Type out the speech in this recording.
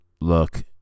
Look